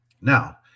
Now